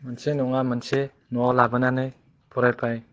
मोनसे नङा मोनसे न'आव लाबोनानै फरायबाय